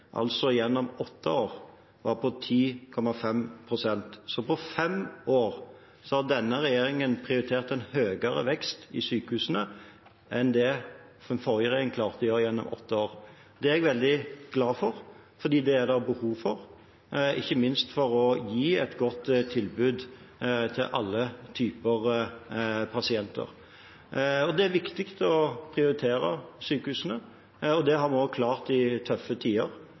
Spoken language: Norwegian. altså gjennom åtte år – var på 10,5 pst. På fem år har denne regjeringen prioritert en høyere vekst i sykehusene enn det den forrige regjeringen klarte å gjøre gjennom åtte år. Det er jeg veldig glad for, for det er det behov for, ikke minst for å gi et godt tilbud til alle typer pasienter. Det er viktig å prioritere sykehusene. Det har vi klart også i tøffe tider,